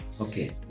Okay